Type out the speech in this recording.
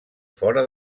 fora